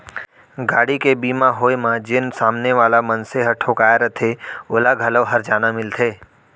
गाड़ी के बीमा होय म जेन सामने वाला मनसे ह ठोंकाय रथे ओला घलौ हरजाना मिलथे